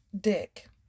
dick